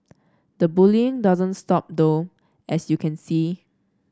the bullying doesn't stop though as you can see